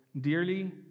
dearly